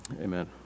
amen